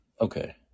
Okay